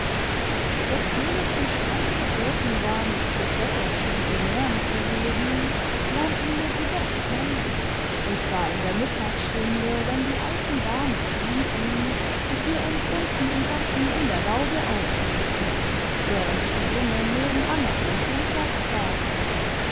trotzdem es ims streng verboten war mit professors pensionären zu reden lernten wir sie doch kennen und zwar in der mittagsstunde wenn die alten damen schliefen und wir uns unten im garten in der laube aufhielten während die jungen nebenan auf dem turnplatz waren